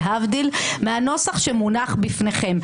להבדיל מהנוסח שמונח בפניכם.